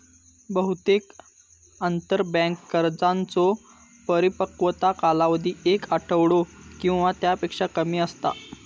बहुतेक आंतरबँक कर्जांचो परिपक्वता कालावधी एक आठवडो किंवा त्यापेक्षा कमी असता